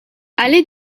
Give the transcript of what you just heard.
allée